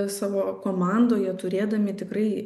savo komandoje turėdami tikrai